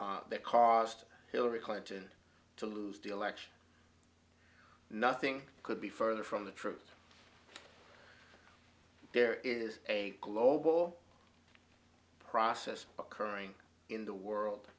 i that caused hillary clinton to lose the election nothing could be further from the truth there is a global process occurring in the world